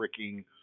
fricking